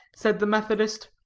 said the methodist.